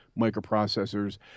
microprocessors